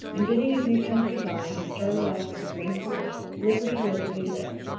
and bidding his new friends good-by, he started off through the green forest, lipperty-lipperty-lip.